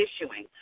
issuing